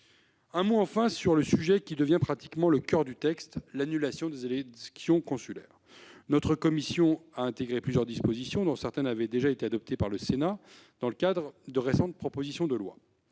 un mot enfin sur le sujet qui devient pratiquement le coeur du texte, à savoir l'annulation des élections consulaires. Notre commission a intégré plusieurs dispositions, dont certaines avaient déjà été adoptées par le Sénat dans le cadre de l'examen de récentes propositions de loi,